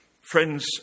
Friends